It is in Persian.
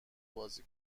بازی